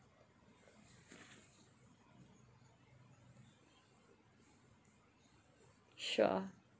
sure